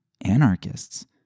anarchists